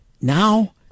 now